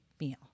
meal